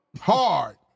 Hard